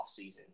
offseason